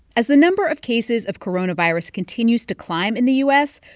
as the number of cases of coronavirus continues to climb in the u s,